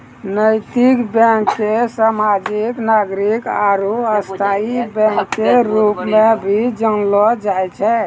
नैतिक बैंक के सामाजिक नागरिक आरू स्थायी बैंक के रूप मे भी जानलो जाय छै